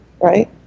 right